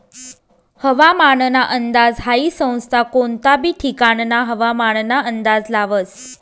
हवामानना अंदाज हाई संस्था कोनता बी ठिकानना हवामानना अंदाज लावस